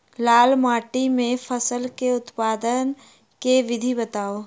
लाल माटि मे फसल केँ उत्पादन केँ विधि बताऊ?